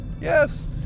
Yes